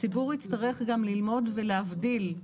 הציבור יצטרך גם ללמוד ולהבדיל,